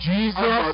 Jesus